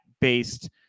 based